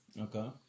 Okay